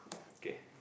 okay